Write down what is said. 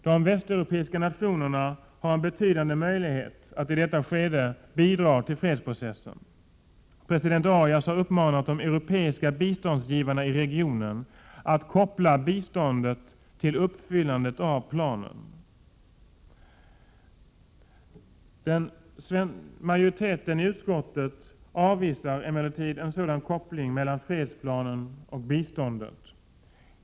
De västeuropeiska nationerna har en betydande möjlighet att i detta skede bidra till fredsprocessen. President Arias har uppmanat de europeiska biståndsgivarna i regionen att koppla biståndet till uppfyllandet av planen. Majoriteten i utskottet avvisar emellertid en sådan koppling mellan fredsplanen och biståndet.